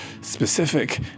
specific